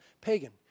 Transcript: pagan